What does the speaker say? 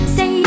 Say